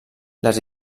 les